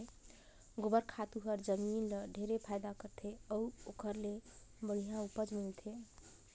गोबर खातू हर जमीन ल ढेरे फायदा करथे अउ ओखर ले बड़िहा उपज मिलथे